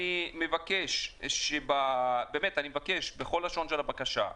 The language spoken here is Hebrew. אני מבקש בכל לשון של בקשה,